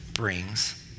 brings